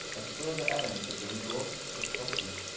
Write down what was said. as further adding to the resources of expression.